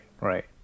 right